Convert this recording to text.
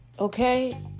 Okay